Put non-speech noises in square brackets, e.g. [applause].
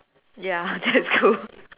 ya [laughs] that's good